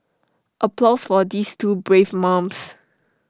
applause for these two brave mums